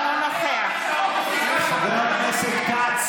אינו נוכח יובל שטייניץ, אינו נוכח חבר הכנסת כץ,